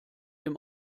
dem